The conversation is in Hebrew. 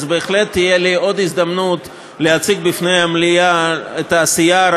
אז בהחלט תהיה לי עוד הזדמנות להציג בפני המליאה את העשייה,